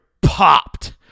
popped